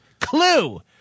Clue